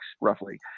roughly